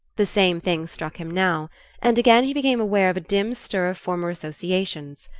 the same thing struck him now and again he became aware of a dim stir of former associations.